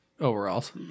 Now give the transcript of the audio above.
overalls